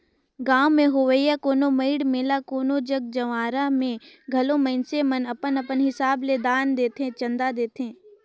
गाँव में होवइया कोनो मड़ई मेला कोनो जग जंवारा में घलो मइनसे मन अपन अपन हिसाब ले दान देथे, चंदा देथे